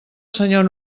senyor